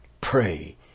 pray